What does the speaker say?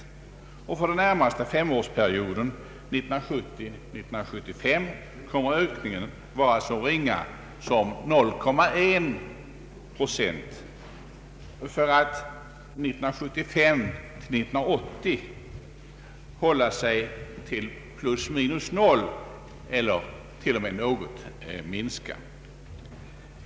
För den närmaste femårsperioden, 1970—1975, kommer ökningen att vara så ringa som 0,1 procent för att 1975—1980 hålla sig vid plus minus noll. Antalet kommer till och med att något minska.